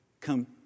come